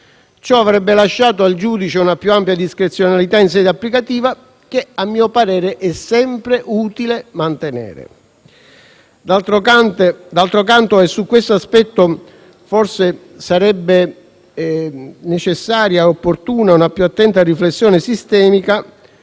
Ciò avrebbe lasciato al giudice una più ampia discrezionalità in sede applicativa che, a mio parere, è sempre utile mantenere. D'altro canto - e su questo aspetto forse sarebbe necessaria e opportuna una più attenta riflessione sistemica